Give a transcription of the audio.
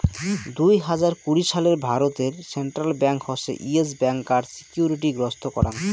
দুই হাজার কুড়ি সালে ভারতে সেন্ট্রাল ব্যাঙ্ক হসে ইয়েস ব্যাংকার সিকিউরিটি গ্রস্ত করাং